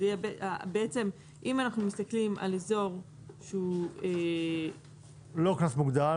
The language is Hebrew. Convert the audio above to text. אם אנחנו מסתכלים על אזור שהוא לא קנס מוגדל,